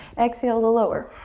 exhale to lower.